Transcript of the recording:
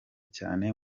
cyane